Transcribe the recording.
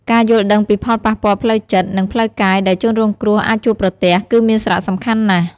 ការយល់ដឹងពីផលប៉ះពាល់ផ្លូវចិត្ត និងផ្លូវកាយដែលជនរងគ្រោះអាចជួបប្រទះ គឺមានសារៈសំខាន់ណាស់។